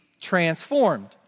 transformed